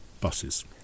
buses